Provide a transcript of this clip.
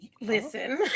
Listen